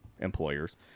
Employers